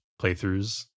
playthroughs